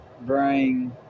bring